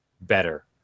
better